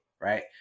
right